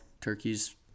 turkeys